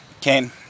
Kane